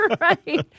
Right